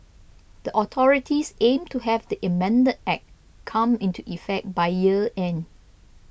the authorities aim to have the amended Act come into effect by year end